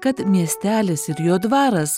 kad miestelis ir jo dvaras